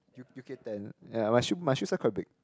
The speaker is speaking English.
U U_K ten ya my shoe my shoe size quite big